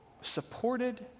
supported